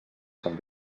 són